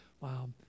Wow